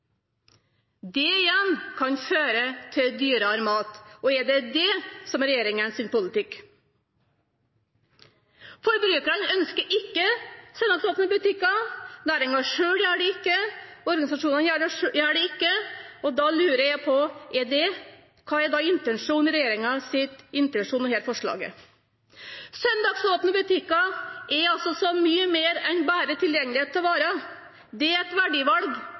Det igjen kan føre til dyrere mat. Er det det som er regjeringens politikk? Forbrukerne ønsker ikke søndagsåpne butikker, næringen selv gjør det ikke, organisasjonene gjør det ikke. Da lurer jeg på: Hva er regjeringens intensjon med dette forslaget? Søndagsåpne butikker er altså så mye mer enn bare tilgjengelighet til varer. Det er et verdivalg,